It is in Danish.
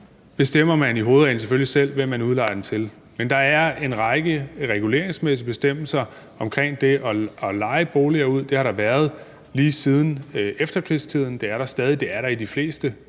hovedreglen selvfølgelig selv, hvem man udlejer den til. Men der er en række reguleringsmæssige bestemmelser omkring det at leje boliger ud. Det har der været lige siden efterkrigstiden, og det er der stadig. Det